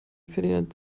ferdinand